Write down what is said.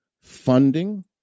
funding